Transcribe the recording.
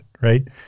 right